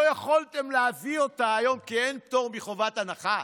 לא יכולתם להביא אותה היום כי אין פטור מחובת הנחה.